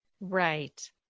Right